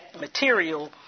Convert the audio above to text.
material